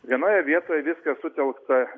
vienoje vietoj viskas sutelkta